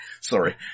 sorry